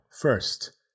first